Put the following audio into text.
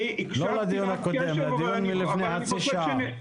לא הדיון הקודם, לדיון מלפני חצי שעה.